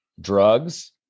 drugs